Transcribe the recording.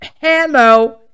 hello